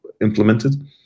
implemented